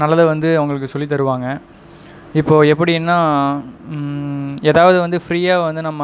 நல்லது வந்து அவங்களுக்கு சொல்லி தருவாங்க இப்போது எப்படின்னா எதாவது வந்து ஃபிரீயாக வந்து நம்ம